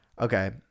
Okay